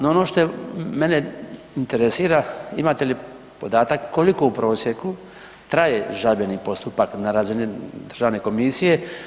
No ono što mene interesira, imate li podatak koliko u prosjeku traje žalbeni postupak na razini državne komisije?